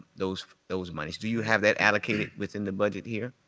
those those monies. do you have that allocated within the budget here?